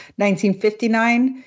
1959